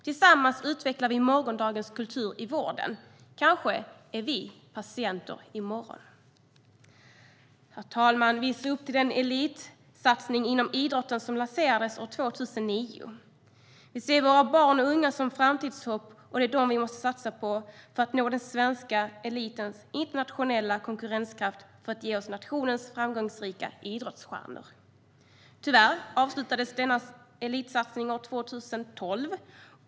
Tillsammans utvecklar vi morgondagens kultur i vården. Kanske är vi patienter i morgon. Herr talman! Vi ser upp till den elitsatsning inom idrotten som lanserades år 2009. Vi ser våra barn och unga som framtidshopp. Det är dem vi måste satsa på för att nå den svenska elitens internationella konkurrenskraft och för att vi ska få nationens framgångsrika idrottsstjärnor. Tyvärr avslutades denna elitsatsning år 2012.